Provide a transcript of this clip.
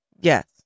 Yes